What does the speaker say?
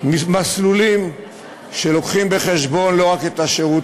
מסלולים שלוקחים בחשבון לא רק את השירות